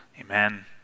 Amen